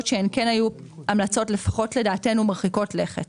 שהן כן היו המלצות לפחות לדעתנו מרחיקות לכת.